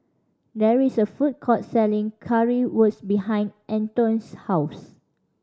there is a food court selling Currywurst behind Antoine's house